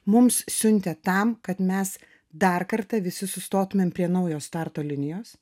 mums siuntė tam kad mes dar kartą visi sustotumėm prie naujo starto linijos